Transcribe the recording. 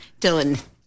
Dylan